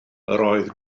oedd